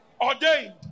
Ordained